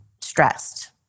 stressed